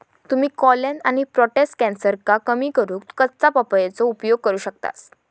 तुम्ही कोलेन आणि प्रोटेस्ट कॅन्सरका कमी करूक कच्च्या पपयेचो उपयोग करू शकतास